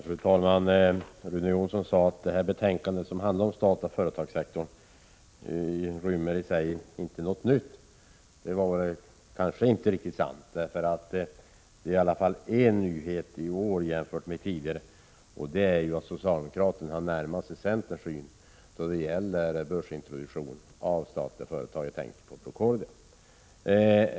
Fru talman! Rune Jonsson sade att detta betänkande, som handlar om den statliga företagssektorn, inte rymmer något nytt i sig. Det var kanske inte riktigt sant. Det finns ändå en nyhet i år jämfört med tidigare, nämligen att — Prot. 1986/87:134 socialdemokraterna har närmat sig centerns syn när det gäller börsintroduk — 2 juni 1987 tion av företag. Jag tänker på Procordia.